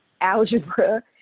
algebra